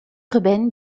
urbaine